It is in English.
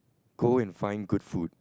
go and find good food